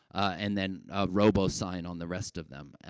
and then, ah, robo-sign on the rest of them. um,